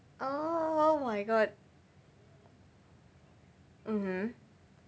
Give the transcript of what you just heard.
oh my god mmhmm